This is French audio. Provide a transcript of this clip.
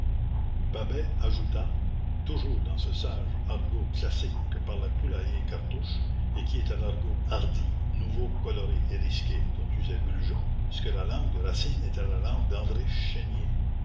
babet ajouta toujours dans ce sage argot classique que parlaient poulailler et cartouche et qui est à l'argot hardi nouveau coloré et risqué dont usait brujon ce que la langue de racine est à la langue d'andré chénier